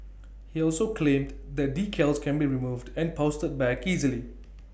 he also claimed the decals can be removed and pasted back easily